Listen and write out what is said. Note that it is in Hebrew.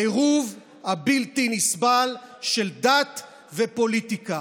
העירוב הבלתי-נסבל של דת ופוליטיקה.